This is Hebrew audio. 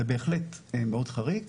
זה בהחלט מאד חריג,